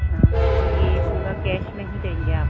अच्छा तो ये पूरा कैश में ही देंगे आप है ना